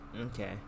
Okay